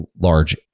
large